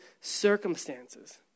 circumstances